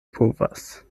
povas